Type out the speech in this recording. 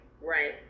right